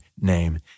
name